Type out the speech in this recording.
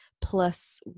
Plus